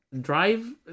drive